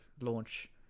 launch